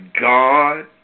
God